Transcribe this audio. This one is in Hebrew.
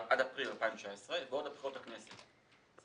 עד אפריל 2019, ויש